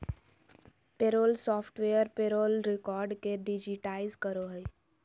payroll software payroll record के digitise करो हइ